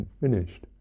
finished